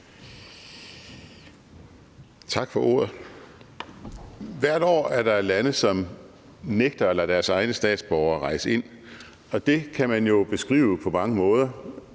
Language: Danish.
Tak for ordet. Hvert år er der lande, som nægter at lade deres egne statsborgere rejse ind, og det kan man jo beskrive på mange måder.